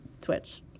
twitch